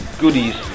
goodies